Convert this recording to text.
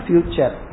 Future